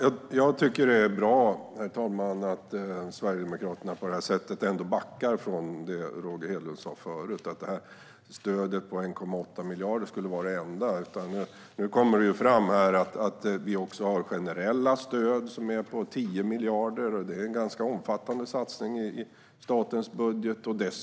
Herr talman! Det är bra att Sverigedemokraterna backar från det Roger Hedlund sa om att stödet på 1,8 miljarder skulle vara det enda. Nu kommer det fram att vi också har generella stöd på 10 miljarder, och det är en ganska omfattande satsning i statens budget.